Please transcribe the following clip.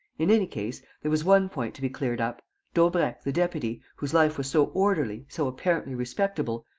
in any case, there was one point to be cleared up daubrecq the deputy, whose life was so orderly, so apparently respectable,